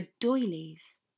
doilies